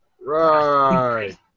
Right